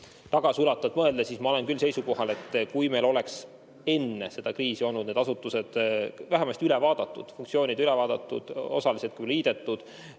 tagasiulatuvalt mõeldes, ma olen küll seisukohal, et kui meil oleks enne seda kriisi olnud need asutused vähemasti üle vaadatud, funktsioonid üle vaadatud, osaliselt liidetud,